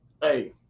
hey